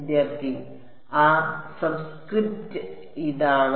വിദ്യാർത്ഥി ആ സബ്സ്ക്രിപ്റ്റ് ഇതാണ്